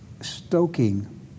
stoking